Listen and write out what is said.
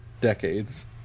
decades